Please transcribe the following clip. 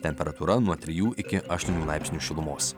temperatūra nuo trijų iki aštuonių laipsnių šilumos